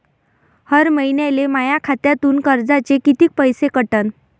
हर महिन्याले माह्या खात्यातून कर्जाचे कितीक पैसे कटन?